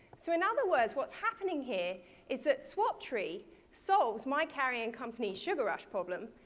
so in other words, what's happening here is that swaptree solves my carrying company's sugar rush problem,